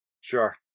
Sure